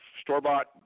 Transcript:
store-bought